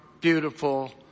beautiful